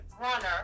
runner